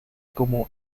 como